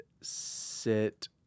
sit